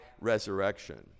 resurrection